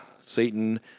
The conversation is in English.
Satan